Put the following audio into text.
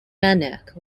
maniac